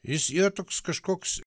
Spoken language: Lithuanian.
jis yra toks kažkoks